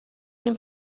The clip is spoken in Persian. این